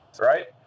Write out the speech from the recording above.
right